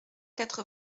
quatre